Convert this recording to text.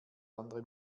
andere